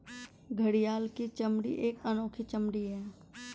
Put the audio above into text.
घड़ियाल की चमड़ी एक अनोखी चमड़ी है